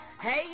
Hey